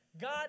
God